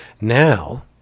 Now